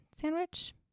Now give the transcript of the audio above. sandwich